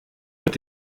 mit